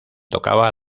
tocaba